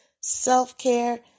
self-care